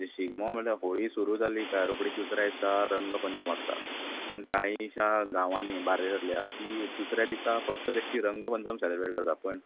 शिगमो म्हटल्यार होळी सुरू जाली कांय रोखडीच दुसऱ्या दिसा रंग पंचम आसता आनी कांयशां गांवांनीं बार्देजांतल्या ती दुसऱ्या दिसा फक्त बेश्टी रंगपंचम सॅलिब्रेट करता पण